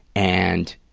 and,